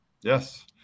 Yes